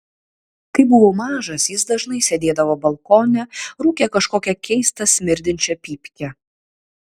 kai buvau mažas jis dažnai sėdėdavo balkone rūkė kažkokią keistą smirdinčią pypkę